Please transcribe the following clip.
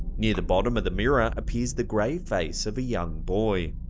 near the bottom of the mirror appears the gray face of a young boy.